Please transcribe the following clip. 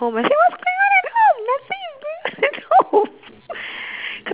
I say what's going on I don't know nothing is going on at home